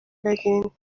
بگین